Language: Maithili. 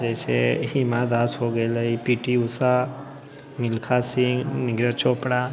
जइसे हिमा दास हो गेलै पी टी उषा मिल्खा सिंह नीरज चोपड़ा